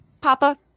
Papa